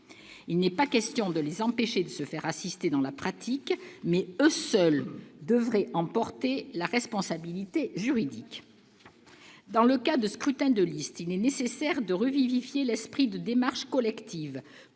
Il n'est pas question de les empêcher de se faire assister dans la pratique, mais eux seuls devraient en porter la responsabilité juridique. Dans le cas des scrutins de liste, il est nécessaire de revivifier l'esprit de démarche collective,